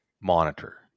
monitor